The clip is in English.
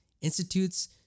institutes